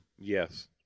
Yes